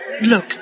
Look